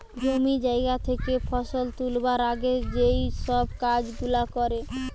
জমি জায়গা থেকে ফসল তুলবার আগে যেই সব কাজ গুলা করে